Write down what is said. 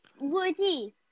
Woody